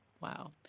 Wow